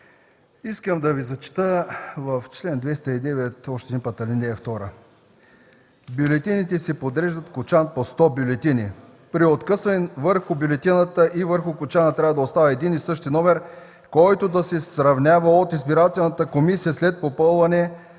Искам да Ви зачета в чл. 209 още веднъж ал. 2: „(2) Бюлетините се подреждат в кочан по 100 бюлетини. При откъсване, върху бюлетината и върху кочана трябва да остава един и същи номер, който да се сравнява от избирателната комисия след попълване